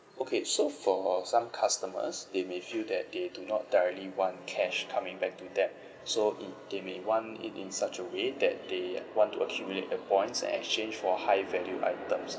okay so for some customers they may feel that they do not directly want cash coming back to them so mm they may want it in such a way that they want to accumulate the points and exchange for high value items